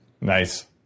Nice